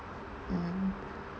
mm